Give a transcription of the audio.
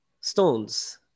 stones